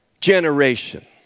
generation